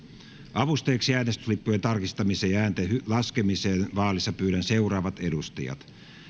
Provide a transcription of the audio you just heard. avustajiksi äänestyslippujen tarkastamiseen ja äänten laskemiseen vaalissa pyydän seuraavat edustajat